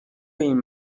این